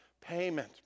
payment